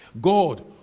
God